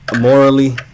Morally